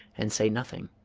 and say nothing